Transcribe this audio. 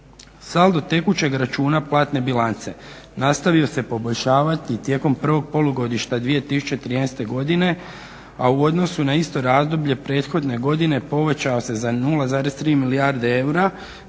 Saldo tekućeg računa platne bilance nastavio se poboljšavati tijekom prvog polugodišta 2013.godine a u odnosu na isto razdoblje prethodne godine povećao se za 0,3 milijarde eura